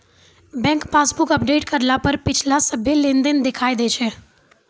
bank passbook update करला पर पिछला सभ्भे लेनदेन दिखा दैय छै